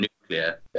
nuclear